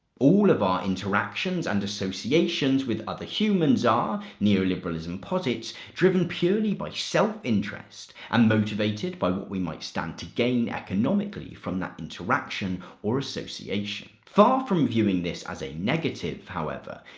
all of our interactions and associations with other humans are, neoliberalism posits, driven purely by self-interest and motivated by what we might stand to gain economically from that interaction interaction or association. far from viewing this as a negative however,